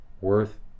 worth